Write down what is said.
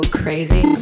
crazy